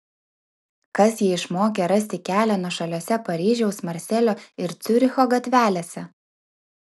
kas jį išmokė rasti kelią nuošaliose paryžiaus marselio ir ciuricho gatvelėse